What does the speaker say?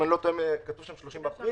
אם אני לא טועה, כתוב שם שזה יחול